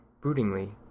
broodingly